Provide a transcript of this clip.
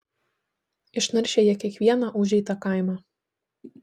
išnaršė jie kiekvieną užeitą kaimą